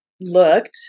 looked